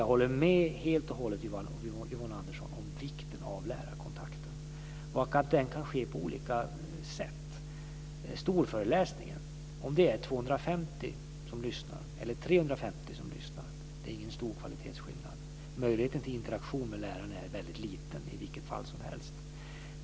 Jag håller helt och hållet med Yvonne Andersson om vikten av lärarkontakten. Det kan ske på olika sätt. Beträffande storföreläsningen kan sägas att om det är 250 som lyssnar eller 350 som lyssnar är det ingen stor kvalitetsskillnad. Möjligheten till interaktion med läraren är väldigt liten i vilket fall som helst.